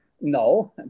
No